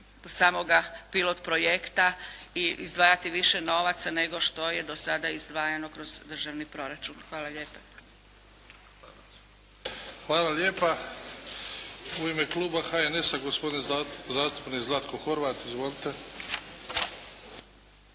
samoga pilot projekta i izdvajati više novaca nego što je do sada izdvajano kroz državni proračun. Hvala lijepa. **Bebić, Luka (HDZ)** Hvala lijepa. U ime kluba HNS-a, gospodin zastupnik Zlatko Horvat. Izvolite.